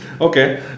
okay